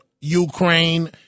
Ukraine